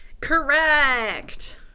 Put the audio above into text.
correct